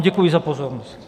Děkuji vám za pozornost.